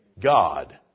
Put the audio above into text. God